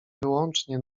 wyłącznie